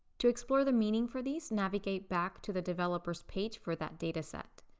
to explore the meaning for these, navigate back to the developers page for that dataset.